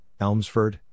Elmsford